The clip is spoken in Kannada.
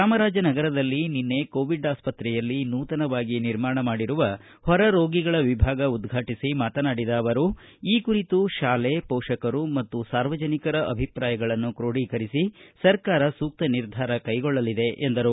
ಚಾಮರಾಜನಗರದಲ್ಲಿ ನಿನ್ನೆ ಕೋವಿಡ್ ಆಸ್ಪತ್ರೆಯಲ್ಲಿ ನೂತನವಾಗಿ ನಿರ್ಮಾಣ ಮಾಡಿರುವ ಹೊರ ರೋಗಿಗಳ ವಿಭಾಗ ಉದ್ವಾಟಿಸಿ ಮಾತನಾಡಿದ ಅವರು ಈ ಕುರಿತು ಶಾಲೆ ಪೋಷಕರ ಮತ್ತು ಸಾರ್ವಜನಿಕರ ಅಭಿಪ್ರಾಯಗಳನ್ನು ಕ್ರೂಢೀಕರಿಸಿ ಸರ್ಕಾರ ಸೂಕ್ತ ನಿರ್ಧಾರ ಕೈಗೊಳ್ಳಲಿದೆ ಎಂದರು